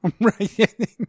Right